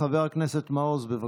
חבר הכנסת מעוז, בבקשה.